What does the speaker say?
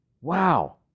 wow